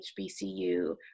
HBCU